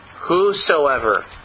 Whosoever